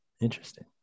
Interesting